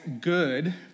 good